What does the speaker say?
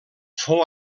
fou